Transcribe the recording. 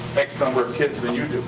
x number of kids than you